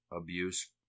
abuse